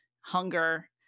hunger